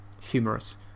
humorous